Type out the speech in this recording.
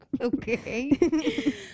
okay